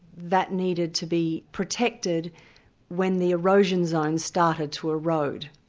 that needed to be protected when the erosion zone started to erode.